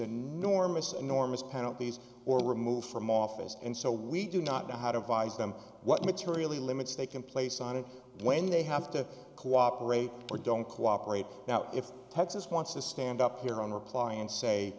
enormous enormous penalties or removed from office and so we do not know how to advise them what materially limits they can place on it when they have to cooperate or don't cooperate now if texas wants to stand up here on reply and say